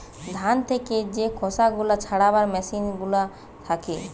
ধান থেকে যে খোসা গুলা ছাড়াবার মেসিন গুলা থাকে